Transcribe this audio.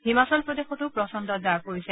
হিমাচল প্ৰদেশতো প্ৰচণ্ড জাৰ পৰিছে